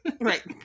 Right